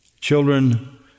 Children